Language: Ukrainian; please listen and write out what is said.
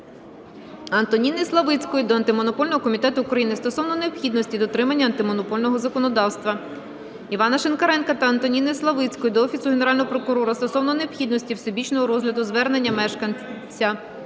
Антоніни Славицької до Антимонопольного комітету України стосовно необхідності дотримання антимонопольного законодавства. Івана Шинкаренка та Антоніни Славицької до Офісу Генерального прокурора стосовно необхідності всебічного розгляду звернення мешканця